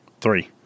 Three